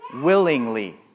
willingly